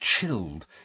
chilled